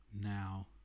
now